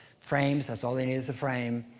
frames, that's all they need is a frame.